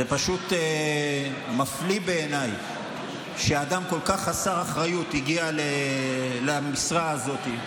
זה פשוט מפליא בעיניי שאדם כל כך חסר אחריות הגיע למשרה הזאת.